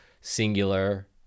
singular